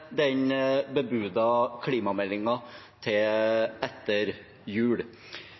den bebudede klimameldingen til etter jul.